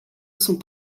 sont